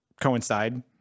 coincide